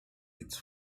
its